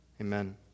Amen